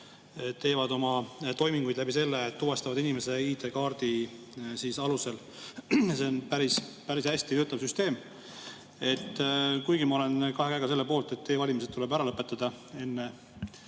teevad oma toiminguid nii, et tuvastavad inimese ID‑kaardi alusel. See on päris hästi töötav süsteem. Kuigi ma olen kahe käega selle poolt, et e‑valimised tuleb ära lõpetada, enne